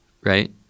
right